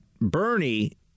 Bernie